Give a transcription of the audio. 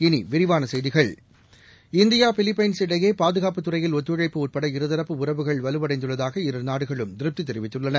இனிவிரிவானசெய்திகள் India Philippines இடையேபாதுகாப்புத்துறையில் ஒத்துழைப்பு உட்பட இருதரப்பு உறவுகள் வலுவடைந்துள்ளதாக இரு நாடுகளும் திருப்திதெரிவித்துள்ளன